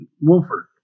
Wolford